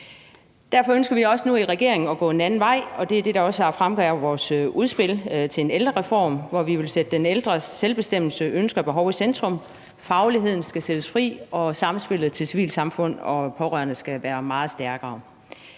Derfor ønsker vi også nu i regeringen at gå en anden vej, og det er også det, der fremgår af vores udspil til en ældrereform, hvor vi vil sætte den ældres selvbestemmelse, ønsker og behov i centrum. Fagligheden skal sættes fri, og samspillet med civilsamfund og pårørende skal være meget stærkere.